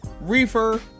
Reefer